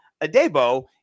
Adebo